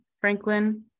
Franklin